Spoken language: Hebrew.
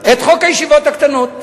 את חוק הישיבות הקטנות,